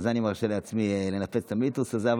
אז אני מרשה לעצמי לנפץ את המיתוס הזה.